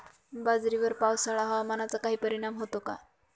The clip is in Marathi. बाजरीवर पावसाळा हवामानाचा काही परिणाम होतो का?